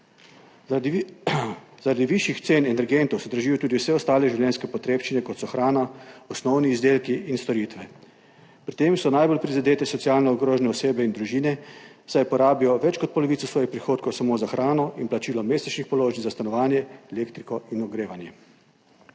Zaradi višjih cen energentov se držijo tudi vse ostale življenjske potrebščine, kot so hrana, osnovni izdelki in storitve. Pri tem so najbolj prizadete socialno ogrožene osebe in družine, saj porabijo več kot polovico svojih prihodkov samo za hrano in plačilo mesečnih položnic za stanovanje, elektriko in ogrevanje.